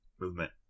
movement